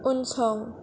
उनसं